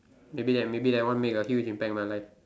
maybe that maybe that one make a huge impact in my life